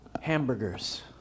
Hamburgers